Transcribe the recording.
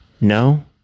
No